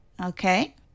Okay